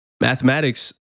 Mathematics